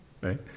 Right